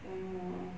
mm